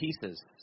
pieces